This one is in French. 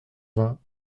vingts